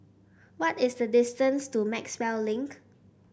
what is the distance to Maxwell Link